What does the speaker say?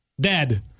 dead